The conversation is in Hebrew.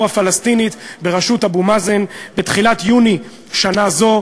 הפלסטינית בראשות אבו מאזן בתחילת יוני שנה זו,